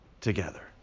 together